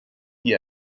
die